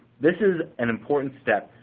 this is an important step,